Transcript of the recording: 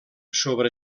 sobre